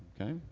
Okay